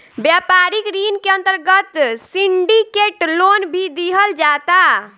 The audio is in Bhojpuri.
व्यापारिक ऋण के अंतर्गत सिंडिकेट लोन भी दीहल जाता